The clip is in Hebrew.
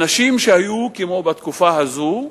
אנשים שהיו, כמו בתקופה הזאת,